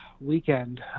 weekend